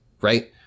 right